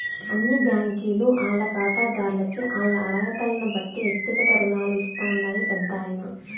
అన్ని బ్యాంకీలు ఆల్ల కాతాదార్లకి ఆల్ల అరహతల్నిబట్టి ఎక్తిగత రుణాలు ఇస్తాండాయి పెద్దాయనా